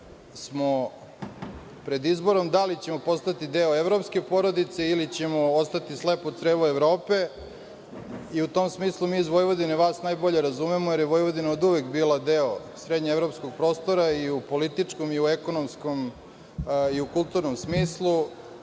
smo pred izborom da li ćemo postati deo evropske porodice ili ćemo ostati slepo crevo Evrope, i u tom smislu mi iz Vojvodine vas najbolje razumemo, jer je Vojvodina oduvek bila deo srednjeevropskog prostora i u političkom i u ekonomskom i u kulturnom smislu